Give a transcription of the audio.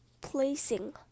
placing